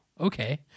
okay